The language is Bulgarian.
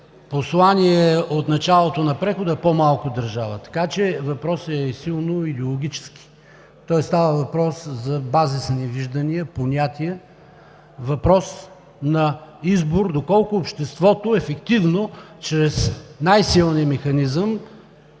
послание от началото на прехода: „по-малко държава“. Въпросът е силно идеологически – става въпрос за базисни виждания и понятия, въпрос на избор – доколко обществото ефективно чрез най-силния механизъм